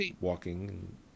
walking